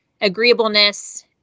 agreeableness